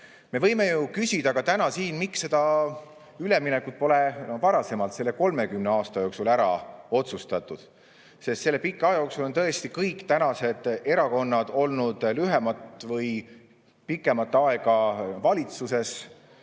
Me võime ju küsida ka täna siin, et miks seda üleminekut pole varem, selle 30 aasta jooksul ära otsustatud. Selle pika aja jooksul on tõesti kõik tänased erakonnad olnud lühemat või pikemat aega valitsuses,